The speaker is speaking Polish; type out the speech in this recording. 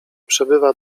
przebywa